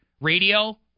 Radio